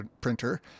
printer